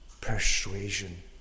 persuasion